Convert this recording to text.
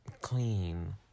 clean